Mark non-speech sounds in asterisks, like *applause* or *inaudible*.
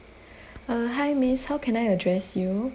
*breath* uh hi miss how can I address you